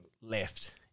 left